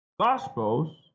Gospels